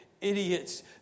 idiots